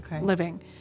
living